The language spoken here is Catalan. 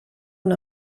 una